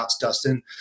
Dustin